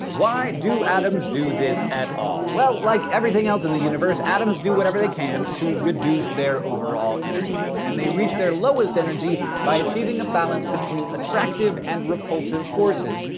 why do atoms do this at all? well, like everything else in the universe, atoms do whatever they can to reduce their overall energy, and they reach their lowest energy by achieving a balance between attractive and repulsive forces,